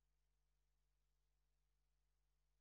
בעד, פטין מולא, בעד, יעקב אשר, בעד,